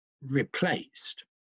replaced